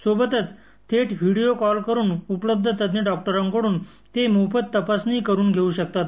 सोबतच थेट video call करून उपलब्ध तज्ञ डॉक्टरांकडून ते मोफत तपासणी करून घेऊ शकतात